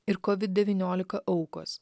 ir covid devyniolika aukos